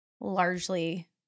largely